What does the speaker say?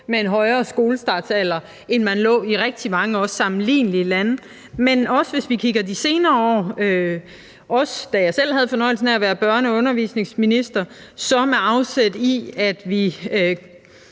med en højere skolestartsalder, end man gjorde i rigtig mange også sammenlignelige lande. Hvis vi kigger på de senere år, også da jeg selv havde fornøjelsen af at være børne- og undervisningsminister, kunne vi